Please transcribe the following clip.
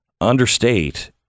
understate